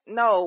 no